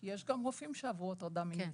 כי יש גם רופאים שעברו הטרדה מינית,